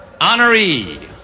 honoree